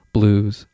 Blues